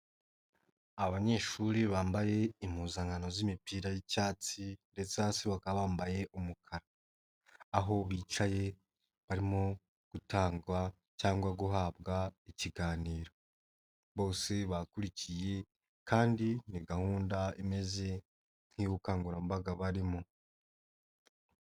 Abanyeshuri bambaye impuzankano z'imipira y'icyatsi ndetse hasi bakaba bambaye umukara. Aho bicaye barimo gutangwa cyangwa guhabwa ikiganiro, bose bakurikiye kandi ni gahunda imeze nk'iy'ubukangurambaga barimo.